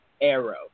Arrow